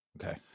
Okay